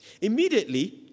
Immediately